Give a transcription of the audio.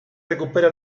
recupera